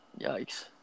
Yikes